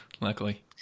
Luckily